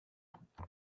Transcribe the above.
happen